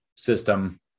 system